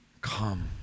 Come